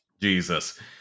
Jesus